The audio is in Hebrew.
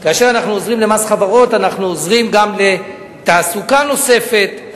אנחנו עוזרים גם לתעסוקה נוספת,